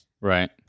Right